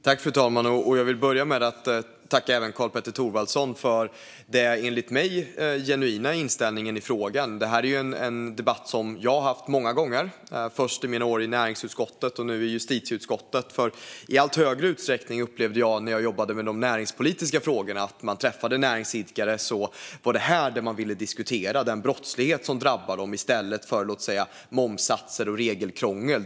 Fru talman! Jag vill börja med att tacka Karl-Petter Thorwaldsson för den enligt mig genuina inställningen i frågan. Det här är en debatt som jag har haft många gånger, först i mina år i näringsutskottet och nu i justitieutskottet. I allt större utsträckning upplevde jag när jag jobbade med de näringspolitiska frågorna och träffade näringsidkare att det var detta man ville diskutera. De ville diskutera den brottslighet som drabbar dem i stället för, låt oss säga, momssatser och regelkrångel.